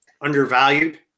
undervalued